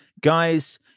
guys